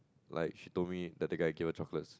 like she told me that the guy give her chocolates